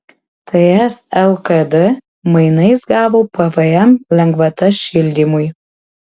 ts lkd mainais gavo pvm lengvatas šildymui